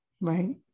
Right